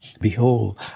Behold